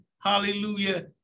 hallelujah